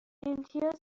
امتیاز